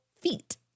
feet